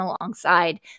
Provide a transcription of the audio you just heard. alongside